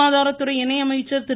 சுகாதாரத்துறை இணை அமைச்சர் திரு